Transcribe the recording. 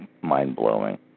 mind-blowing